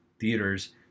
theaters